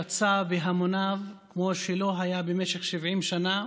יצא בהמוניו כמו שלא היה במשך 70 שנה,